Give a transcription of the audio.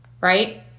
Right